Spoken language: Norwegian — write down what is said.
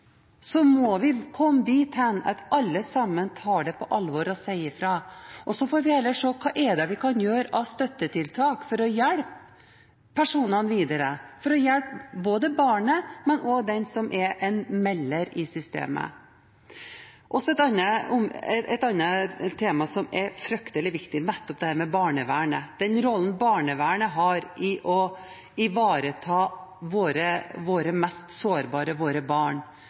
Så får vi heller se hva vi kan sette inn av støttetiltak for å hjelpe personene videre – for å hjelpe barnet, men også den som er melder i systemet. Så til et annet tema som er fryktelig viktig: barnevernet og den rollen barnevernet har i å ivareta våre mest sårbare – våre barn.